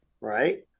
right